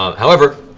um however,